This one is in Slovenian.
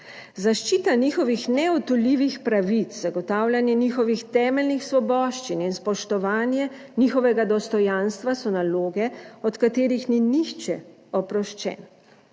Zaščita njihovih neodtujljivih pravic, zagotavljanje njihovih temeljnih svoboščin in spoštovanje njihovega dostojanstva so naloge, od katerih ni nihče oproščen.